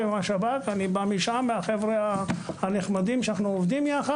ועם השב"כ אני בא משם אנחנו נתגמש.